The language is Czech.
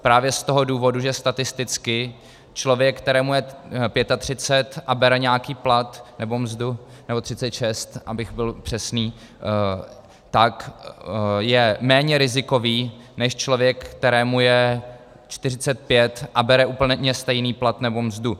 Právě z toho důvodu, že statisticky, člověk, kterému je 35 a bere nějaký plat nebo mzdu, nebo 36, abych byl přesný, tak je méně rizikový než člověk, kterému je 45 a bere úplně stejný plat nebo mzdu.